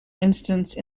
instance